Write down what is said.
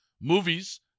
movies